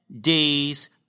days